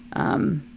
um,